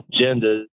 agendas